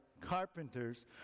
carpenters